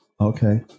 Okay